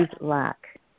lack